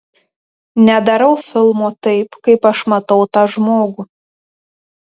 nedarau filmo taip kaip aš matau tą žmogų